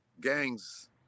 Gangs